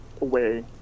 away